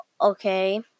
okay